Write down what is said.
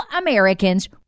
Americans